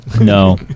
No